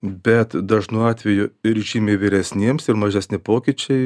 bet dažnu atveju ir žymiai vyresniems ir mažesni pokyčiai